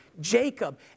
Jacob